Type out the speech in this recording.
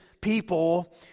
people